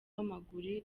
w’amaguru